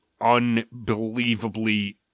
unbelievably